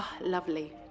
lovely